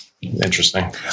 Interesting